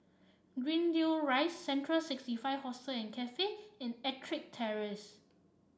Greendale Rise Central sixty five Hostel Cafe and EttricK Terrace